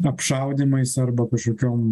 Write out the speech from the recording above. apšaudymais arba kažkokiom